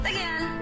Again